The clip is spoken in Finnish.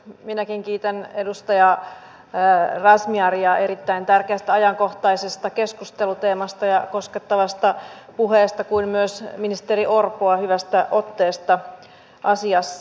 minäkin kiitän edustaja razmyaria erittäin tärkeästä ajankohtaisesta keskusteluteemasta ja koskettavasta puheesta kuin myös ministeri orpoa hyvästä otteesta asiassa